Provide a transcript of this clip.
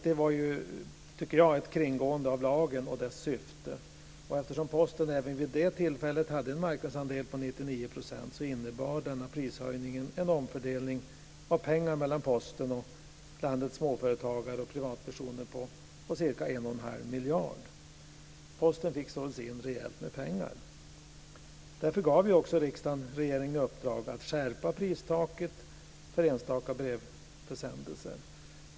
Det var, tycker jag, ett kringgående av lagen och dess syfte. Eftersom Posten även vid det tillfället hade en marknadsandel på 99 % innebar denna prishöjning en omfördelning av pengar mellan Posten och landets småföretagare och privatpersoner på cirka en och en halv miljard kronor. Posten fick således in rejält med pengar. Därför gav också riksdagen regeringen i uppdrag att skärpa pristaket för enstaka brevförsändelser.